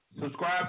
subscribe